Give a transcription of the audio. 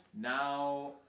Now